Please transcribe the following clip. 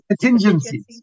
contingencies